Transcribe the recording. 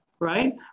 Right